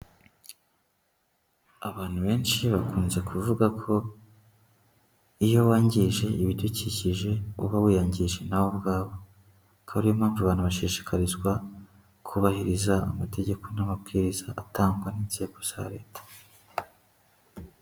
Abantu benshi bakunze kuvuga ko iyo wangije ibidukikije uba wiyangije nawe ubwawe. Akaba ari yo mpamvu abantu bashishikarizwa kubahiriza amategeko n'amabwiriza atangwa n'inzego za Leta.